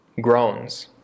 groans